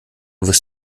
wirst